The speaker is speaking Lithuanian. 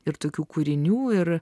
ir tokių kūrinių ir